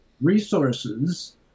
resources